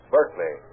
Berkeley